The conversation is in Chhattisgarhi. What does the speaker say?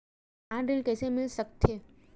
मकान ऋण कइसे मिल सकथे?